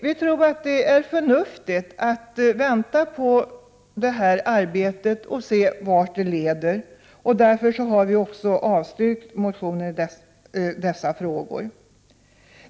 Det är nog förnuftigt att vänta på resultatet av detta arbete och se vart det leder. Därför har vi avstyrkt de motioner som behandlar dessa frågor.